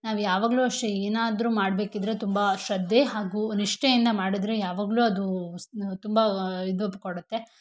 ನಾವು ಯಾವಾಗಲೂ ಅಷ್ಟೆ ಏನಾದ್ರೂ ಮಾಡಬೇಕಿದ್ರೆ ತುಂಬ ಶ್ರದ್ಧೆ ಹಾಗೂ ನಿಷ್ಠೆಯಿಂದ ಮಾಡಿದ್ರೆ ಯಾವಾಗಲೂ ಅದು ತುಂಬ ಇದು ಕೊಡತ್ತೆ